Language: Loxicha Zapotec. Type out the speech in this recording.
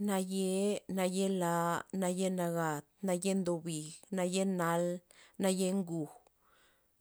Naye' naye' la naye' nagat naye ndo bij naye' nal naye' nguj